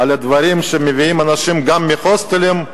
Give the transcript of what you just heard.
שמביאים אנשים גם מהוסטלים,